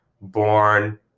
born